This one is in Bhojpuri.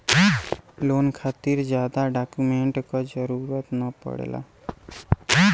लोन खातिर जादा डॉक्यूमेंट क जरुरत न पड़ेला